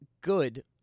good